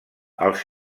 els